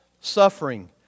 suffering